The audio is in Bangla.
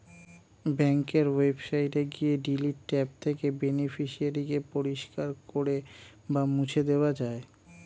ব্যাঙ্কের ওয়েবসাইটে গিয়ে ডিলিট ট্যাব থেকে বেনিফিশিয়ারি কে পরিষ্কার করে বা মুছে দেওয়া যায়